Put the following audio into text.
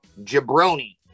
jabroni